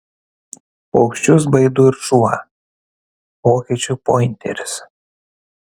paukščius baido ir šuo vokiečių pointeris